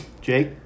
Jake